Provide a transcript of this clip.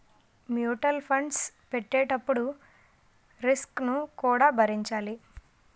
mutual funds పెట్టేటప్పుడు risk ను కూడా భరించాలి